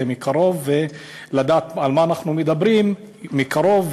מקרוב ולדעת על מה אנחנו מדברים מקרוב,